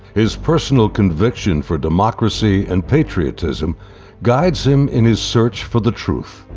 his personal conviction for democracy and patriotism guides him in his search for the truth.